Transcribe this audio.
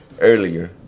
Earlier